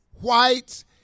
whites